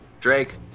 Drake